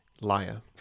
liar